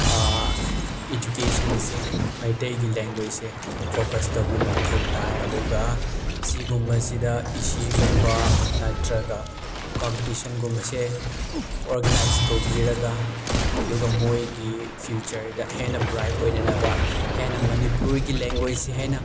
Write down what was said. ꯏꯖꯨꯀꯦꯁꯟꯁꯦ ꯃꯩꯇꯩꯒꯤ ꯂꯦꯡꯒ꯭ꯋꯦꯁꯁꯦ ꯐꯣꯀꯁ ꯇꯧꯕꯤꯕ ꯃꯊꯧ ꯇꯥꯏ ꯑꯗꯨꯒ ꯁꯤꯒꯨꯝꯕꯁꯤꯗ ꯑꯦꯁꯦꯒꯨꯝꯕ ꯅꯠꯇ꯭ꯔꯒ ꯀꯝꯄꯤꯇꯤꯁꯟꯒꯨꯝꯕꯁꯦ ꯑꯣꯔꯒꯅꯥꯏꯖ ꯇꯧꯕꯤꯔꯒ ꯑꯗꯨꯒ ꯃꯣꯏꯒꯤ ꯐ꯭ꯌꯨꯆꯔꯗ ꯍꯦꯟꯅ ꯕ꯭ꯔꯥꯏꯠ ꯑꯣꯏꯅꯅꯕ ꯍꯦꯟꯅ ꯃꯅꯤꯄꯨꯔꯒꯤ ꯂꯦꯡꯒ꯭ꯋꯦꯁꯁꯦ ꯍꯦꯟꯅ